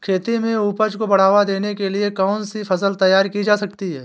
खेती में उपज को बढ़ावा देने के लिए कौन सी फसल तैयार की जा सकती है?